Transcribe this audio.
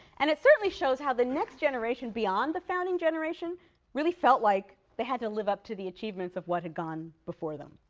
and it certainly shows how the next generation beyond the founding generation really felt like they had to live up to the achievements of what had gone before them.